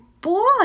boy